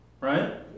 Right